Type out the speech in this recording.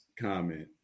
comment